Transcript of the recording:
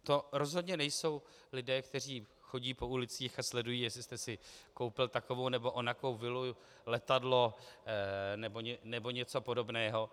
To rozhodně nejsou lidé, kteří chodí po ulicích a sledují, jestli jste si koupil takovou, nebo onakou vilu, letadlo, nebo něco podobného.